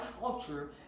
culture